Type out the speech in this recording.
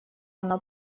оно